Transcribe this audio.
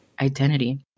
identity